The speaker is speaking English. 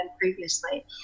previously